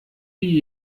wie